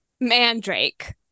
Mandrake